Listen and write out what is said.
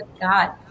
God